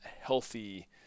healthy